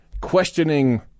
questioning